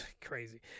crazy